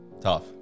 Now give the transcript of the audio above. Tough